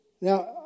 Now